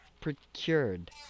procured